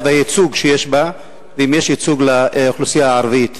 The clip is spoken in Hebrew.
והייצוג שיש בה ואם יש ייצוג לאוכלוסייה הערבית.